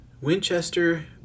Winchester